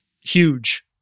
huge